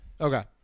Okay